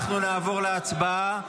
אנחנו נעבור להצבעה.